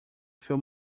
few